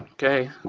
okay,